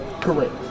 Correct